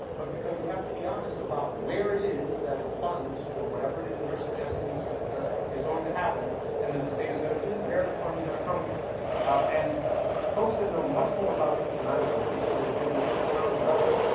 but, because we have to be honest about where it is that the funds for whatever it is that we're suggesting needs to is going to happen and the the state is going to do, where the fends funds are going to come from and folks that know much more about this than i do and these are individuals at the county level,